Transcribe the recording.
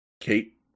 Kate